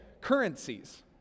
currencies